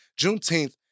Juneteenth